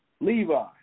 Levi